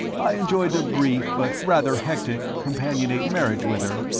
i enjoyed a brief but rather hectic companionate-marriage with her,